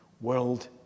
world